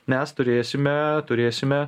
mes turėsime turėsime